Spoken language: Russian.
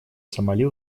сомали